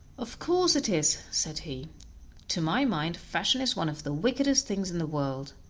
of course it is, said he to my mind, fashion is one of the wickedest things in the world.